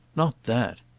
not that.